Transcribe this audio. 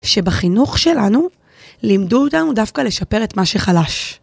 שבחינוך שלנו לימדו אותנו דווקא לשפר את מה שחלש.